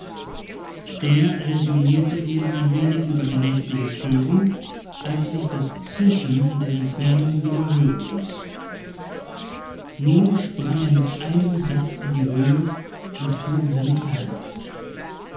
der räsonnierte eben ein wenig über die nächtliche störung als sich das zischen in der entfernung wieder hören ließ nun sprang er mit einem satz in die höhe und fuhr in seine kleider